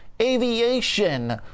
Aviation